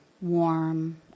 warm